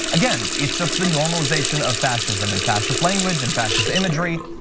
again, it's just the normalization of fascism and fascist language and fascist imagery.